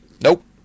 Nope